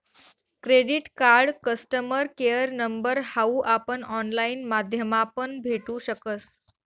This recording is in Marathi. credit card customer care number हाऊ आपण ऑनलाईन माध्यमापण भेटू शकस